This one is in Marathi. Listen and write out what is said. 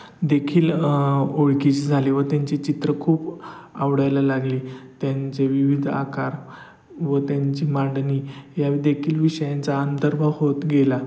देखील ओळखीचे झाले व त्यांची चित्र खूप आवडायला लागली त्यांचे विविध आकार व त्यांची मांडणी या देखील विषयांचा अंतर्भाव होत गेला